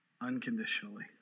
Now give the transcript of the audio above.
unconditionally